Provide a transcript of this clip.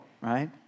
right